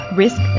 risk